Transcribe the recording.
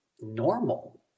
normal